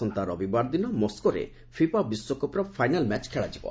ଆସନ୍ତା ରବିବାର ଦିନ ମସ୍କୋରେ ଫିଫା ବିଶ୍ୱକପ୍ର ଫାଇନାଲ୍ ମ୍ୟାଚ୍ ଖେଳାଯିବ